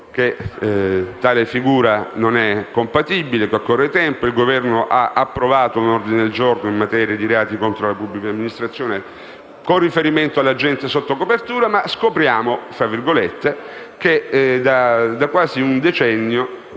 che tale figura non è compatibile, che occorre tempo. Il Governo ha approvato un ordine del giorno in materia di reati contro la pubblica amministrazione con riferimento all'agente sotto copertura, ma «scopriamo» che da quasi un decennio